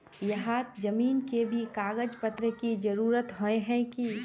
यहात जमीन के भी कागज पत्र की जरूरत होय है की?